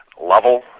level